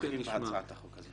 תומכים בהצעת החוק הזאת.